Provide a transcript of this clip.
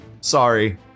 Sorry